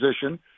position